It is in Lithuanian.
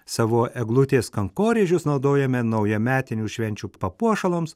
savo eglutės kankorėžius naudojame naujametinių švenčių papuošalams